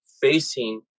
facing